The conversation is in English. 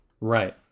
right